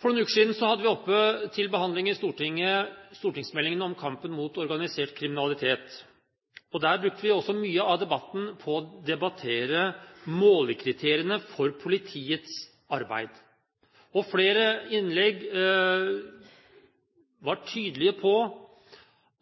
For noen uker siden hadde vi oppe til behandling i Stortinget stortingsmeldingen om kampen mot organisert kriminalitet. Der brukte vi også mye av debatten på å debattere målekriteriene for politiets arbeid. Flere innlegg var tydelige på